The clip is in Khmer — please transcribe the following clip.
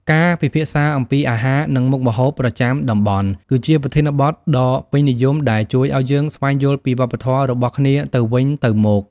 ការពិភាក្សាអំពីអាហារ និងមុខម្ហូបប្រចាំតំបន់ គឺជាប្រធានបទដ៏ពេញនិយមដែលជួយឱ្យយើងស្វែងយល់ពីវប្បធម៌របស់គ្នាទៅវិញទៅមក។